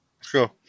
Sure